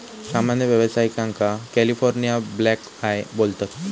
सामान्य व्यावसायिकांका California blackeye बोलतत